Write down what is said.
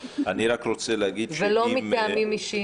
ולא מטעמים אישיים.